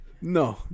No